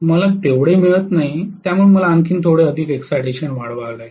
मला तेवढे मिळत नाही त्यामुळे मला आणखी थोडे अधिक इक्साइटेशन वाढवावे लागेल